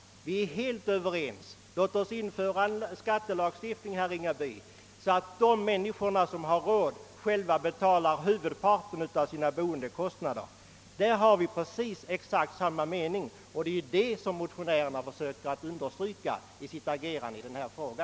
Låt oss därför införa en skattelagstiftning, herr Ringaby, som medför att de som har råd själva betalar ändå mera än nu av sina boendekostnader. Därvidlag har vi exakt samma mening, och det är detta som motionärerna försöker understryka med sitt agerande i denna fråga.